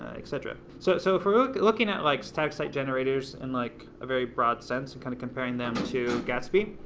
ah et cetera. so so if we're looking at like static site generators in like a very broad sense and kind of comparing them to gatsby,